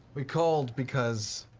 we called because